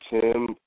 Tim